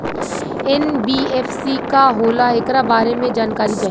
NBFC का होला ऐकरा बारे मे जानकारी चाही?